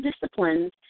disciplines